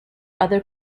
other